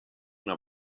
una